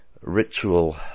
ritual